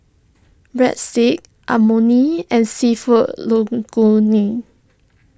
Breadsticks Imoni and Seafood Linguine